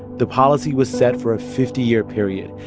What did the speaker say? the policy was set for a fifty year period,